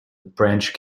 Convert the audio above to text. branch